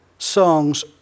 Songs